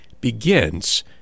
begins